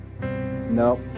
no